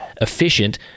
efficient